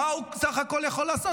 מה הוא בסך הכול יכול לעשות?